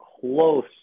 close